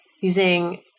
using